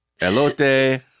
elote